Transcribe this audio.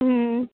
ఆ